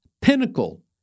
pinnacle